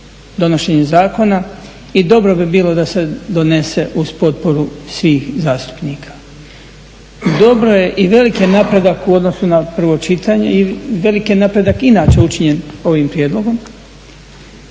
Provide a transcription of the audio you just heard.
donošenjem zakona i dobro bi bilo da se donese uz potporu svih zastupnika. Dobro je i velik je napredak u odnosu na prvo čitanje, i velik je napredak inače učinjen ovim prijedlogom.